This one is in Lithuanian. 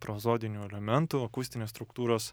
prozodinių elementų akustinės struktūros